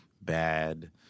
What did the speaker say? bad